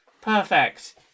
Perfect